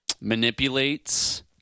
manipulates –